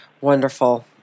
Wonderful